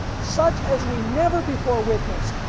such as we never before witnessed.